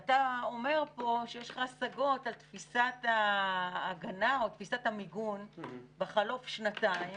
ואתה אומר פה שיש לך השגות על תפיסת ההגנה או תפיסת המיגון בחלוף שנתיים